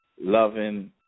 loving